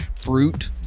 fruit